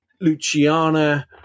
Luciana